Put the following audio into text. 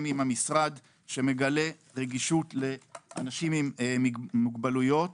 עם המשרד שמגלה רגישות לאנשים עם מוגבלויות.